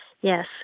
Yes